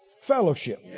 fellowship